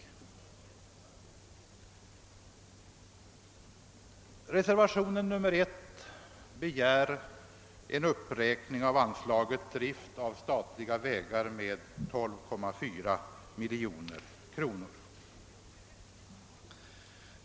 I reservationen 1 begärs en uppräkning av anslaget till drift av statliga vägar med 12,4 miljoner kronor.